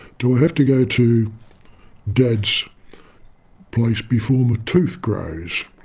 do i have to go to dad's place before my tooth grows?